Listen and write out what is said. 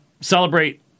celebrate